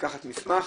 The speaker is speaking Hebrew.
לקחת מסמך